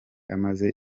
amaze